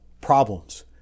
problems